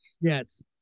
Yes